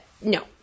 no